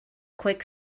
quick